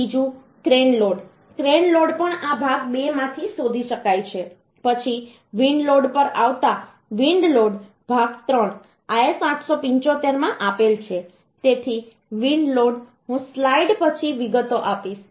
બીજું crane load crane load પણ આ ભાગ 2 માંથી શોધી શકાય છે પછી વિન્ડ લોડ પર આવતા વિન્ડ લોડ ભાગ 3 IS875 ભાગ 3 માં આપેલ છે તેથી વિન્ડ લોડ હું આ સ્લાઇડ પછી વિગતો આપીશ